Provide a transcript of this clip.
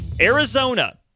Arizona